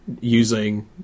using